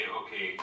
okay